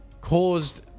Caused